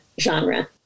genre